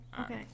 Okay